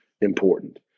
important